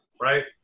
right